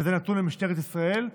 וזה נתון למשטרת ישראל.